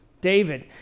David